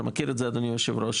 אתה מכיר את זה אדוני היושב-ראש,